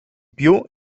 più